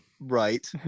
Right